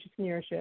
entrepreneurship